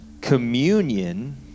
Communion